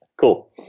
Cool